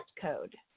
Code